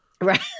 Right